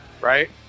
right